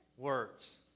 Words